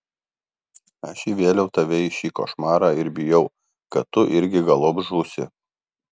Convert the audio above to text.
aš įvėliau tave į šį košmarą ir bijau kad tu irgi galop žūsi